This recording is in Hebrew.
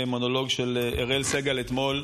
זה היה במונולוג של אראל סג"ל אתמול.